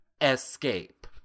escape